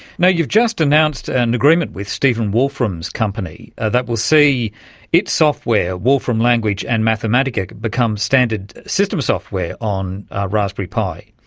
you've just announced an agreement with stephen wolfram's company that will see its software, wolfram language and mathematica, become standard system software on raspberry pi.